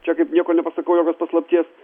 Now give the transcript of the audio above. čia kaip nieko nepasakau jokios paslapties